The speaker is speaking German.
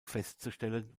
festzustellen